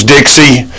Dixie